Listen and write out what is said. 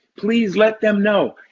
please let them know.